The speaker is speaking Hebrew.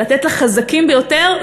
לתת לחזקים ביותר,